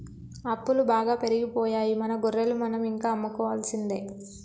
అప్పులు బాగా పెరిగిపోయాయి మన గొర్రెలు మనం ఇంకా అమ్ముకోవాల్సిందే